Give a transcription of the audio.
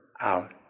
out